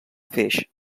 feix